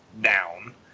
down